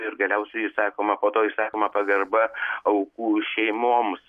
ir galiausiai išsakoma po to išsakoma pagarba aukų šeimoms